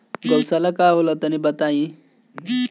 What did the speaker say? गौवशाला का होला तनी बताई?